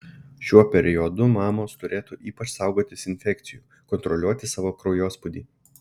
šiuo periodu mamos turėtų ypač saugotis infekcijų kontroliuoti savo kraujospūdį